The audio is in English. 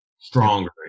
stronger